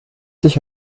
sich